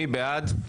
מי בעד?